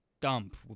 dump